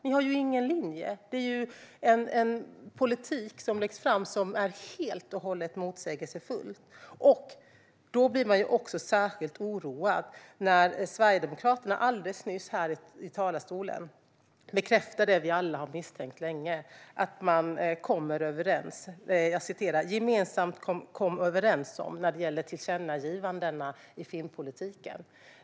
Ni har ju ingen linje. Det är en helt motsägelsefull politik. Särskilt oroad blir jag när Sverigedemokraterna i talarstolen bekräftar det vi alla länge har misstänkt: att ni gemensamt kom överens om tillkännagivandena avseende filmpolitiken.